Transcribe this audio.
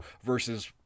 versus